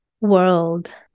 world